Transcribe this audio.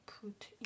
put